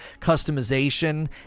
customization